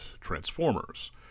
Transformers